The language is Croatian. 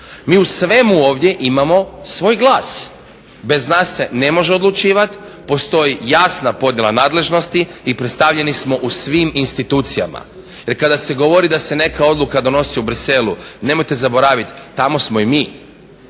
Mi u svemu ovdje imamo svoj glas. Bez nas se ne može odlučivati, postoji jasna podjela nadležnosti i predstavljeni smo u svim institucijama. Jer kada se govori da se neka odluka donosi u Bruxellesu nemojte zaboraviti tamo smo i mi.